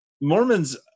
Mormons